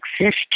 exist